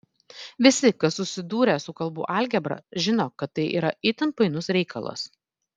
visi kas susidūrę su kalbų algebra žino kad tai yra itin painus reikalas